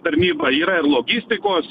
tarnyba yra ir logistikos